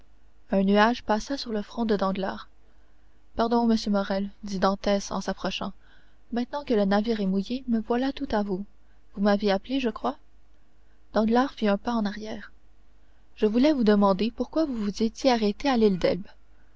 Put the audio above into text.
un nuage passa sur le front de danglars pardon monsieur morrel dit dantès en s'approchant maintenant que le navire est mouillé me voilà tout à vous vous m'avez appelé je crois danglars fit un pas en arrière je voulais vous demander pourquoi vous vous étiez arrêté à l'île d'elbe